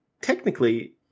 Technically